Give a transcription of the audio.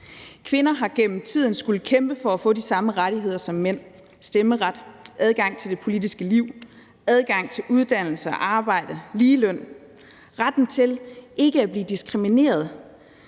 Kvinder har gennem tiden skullet kæmpe for at få de samme rettigheder som mænd: stemmeret, adgang til det politiske liv, adgang til uddannelse og arbejde, ligeløn, retten til ikke at blive diskrimineret,